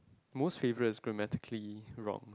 most favourite is grammatically wrong